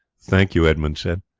thank you, edmund said.